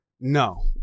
No